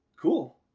cool